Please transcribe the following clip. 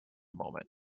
moment